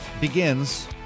begins